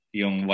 yung